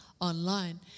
online